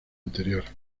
anterior